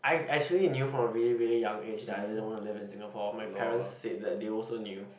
I I actually knew from a really really young age that I didn't want to live in Singapore my parents said that they also knew